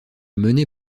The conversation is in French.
menée